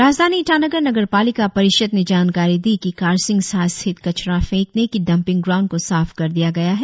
राजधानी ईटानगर नगरपालिका परिषद ने जानकारी दी कि कारसिंग्सा स्थित कचरा फेंकने की डंपिंग ग्राउण्ड को साफ कर दिया गया है